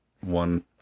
one